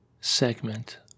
segment